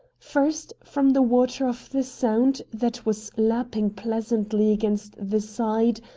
first, from the water of the sound, that was lapping pleasantly against the side,